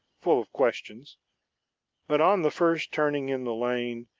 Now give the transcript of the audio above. full of questions but on the first turning in the lane,